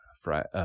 Friday